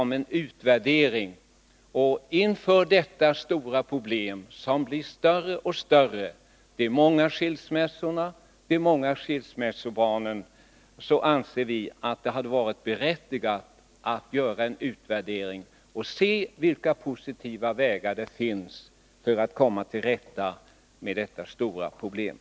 Med tanke på detta stora problem som blir större och större — de många skilsmässorna och de många skilsmässobarnen — anser vi det berättigat att göra en utvärdering och undersöka vilka positiva vägar man kan gå för att komma till rätta med problemet.